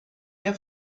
ihr